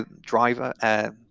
Driver